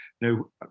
Now